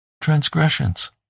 transgressions